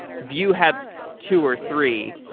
view have two or three,